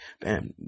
bam